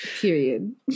period